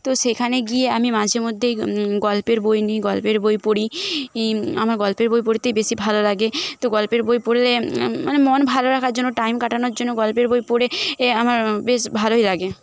তো সেখানে গিয়ে আমি মাঝেমধ্যেই গল্পের বই নিই গল্পের বই পড়ি আমার গল্পের বই পড়তেই বেশি ভালো লাগে তো গল্পের বই পড়লে মানে মন ভালো রাখার জন্য টাইম কাটানোর জন্য গল্পের বই পড়ে আমার বেশ ভালোই লাগে